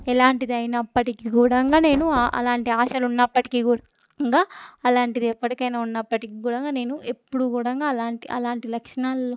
ఎలాంటిది అయినప్పటికి కూడంగా నేను అలాంటి ఆశలు ఉన్నప్పటికి కూడంగా అలాంటిది ఎప్పటికైనా ఉన్నప్పటికి కూడంగా నేను ఎప్పుడూ కూడంగా అలాంటి అలాంటి లక్షణాలు